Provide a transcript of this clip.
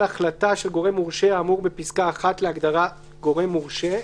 על החלטה של גורם מורשה האמור בפסקה (1) להגדרה "גורם מורשה"